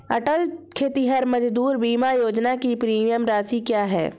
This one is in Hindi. अटल खेतिहर मजदूर बीमा योजना की प्रीमियम राशि क्या है?